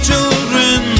children